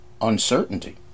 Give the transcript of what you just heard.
uncertainty